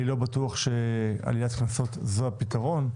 אני לא בטוח שעלייה בגובה הקנסות הוא הפתרון.